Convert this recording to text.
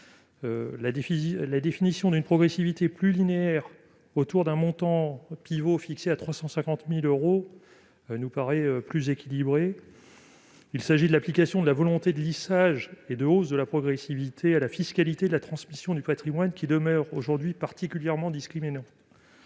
La définition d'une progressivité plus linéaire, autour d'un montant pivot fixé à 350 000 euros, semble plus équilibrée. Il s'agit de l'application de la volonté de lissage et de hausse de la progressivité de la fiscalité de la transmission du patrimoine, qui demeure aujourd'hui particulièrement discriminante.